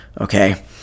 Okay